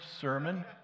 sermon